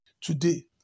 Today